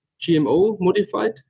GMO-modified